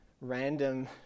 random